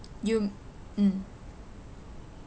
you mm